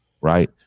right